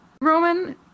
Roman